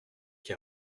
qui